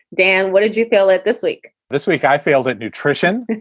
dan, what did you feel it this week? this week, i failed at nutrition.